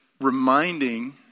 Reminding